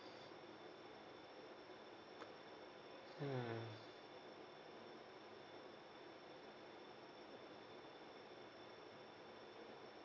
mm